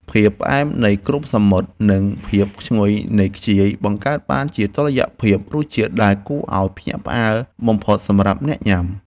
ភាពផ្អែមនៃគ្រំសមុទ្រនិងភាពឈ្ងុយនៃខ្ជាយបង្កើតបានជាតុល្យភាពរសជាតិដែលគួរឱ្យភ្ញាក់ផ្អើលបំផុតសម្រាប់អ្នកញ៉ាំ។